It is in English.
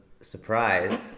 surprise